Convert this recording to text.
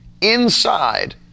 inside